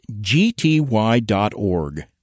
gty.org